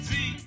See